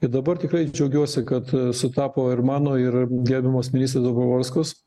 ir dabar tikrai džiaugiuosi kad sutapo ir mano ir gerbiamos ministrės dobrovolskos